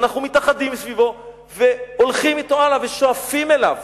ואנחנו מתאחדים סביבו והולכים אתו הלאה ושואפים אליו.